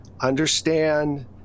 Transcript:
understand